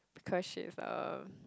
because she's uh